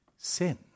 Sin